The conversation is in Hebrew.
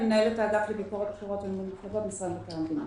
אני מנהלת האגף לביקורת בחירות ומפלגות במשרד מבקר המדינה.